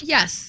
Yes